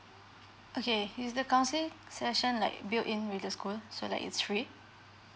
okay is the counseling session like built in with the school so like it's free